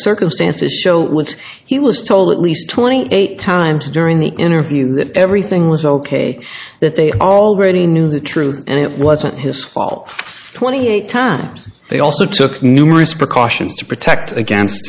of circumstances show with he was told at least twenty eight times during the interview that everything was ok that they already knew the truth and it wasn't his fault twenty eight times they also took numerous precautions to protect against